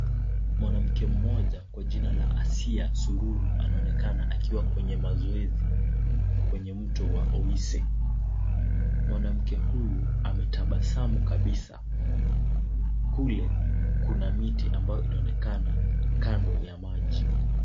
Mwanamke mmoja kwa kina la Asia Sururu anaonekana akiwa kwenye mazoezi kwenye mto wa Awise. Mwanamke huyu ametabasamu kabisa. Kule kuna miti ambayo inaonekana kando ya maji.